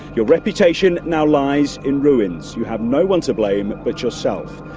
your reputation now lies in ruins. you have no one to blame but yourself.